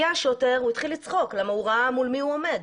השוטר שהגיע התחיל לצחוק כי הוא ראה מול מי הוא עומד.